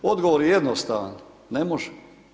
Odgovor je jednostavan, ne može.